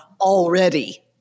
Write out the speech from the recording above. already